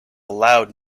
loud